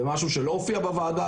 זה משהו שלצערי לא הופיע בוועדה,